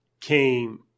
came